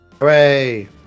Hooray